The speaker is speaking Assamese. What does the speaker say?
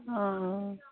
অঁ অঁ